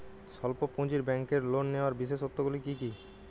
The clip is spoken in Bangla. স্বল্প পুঁজির ব্যাংকের লোন নেওয়ার বিশেষত্বগুলি কী কী?